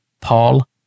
Paul